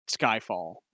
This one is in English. skyfall